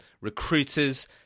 recruiters